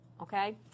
Okay